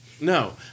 No